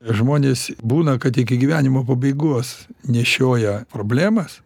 žmonės būna kad iki gyvenimo pabaigos nešioja problemas